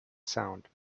sound